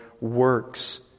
works